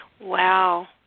Wow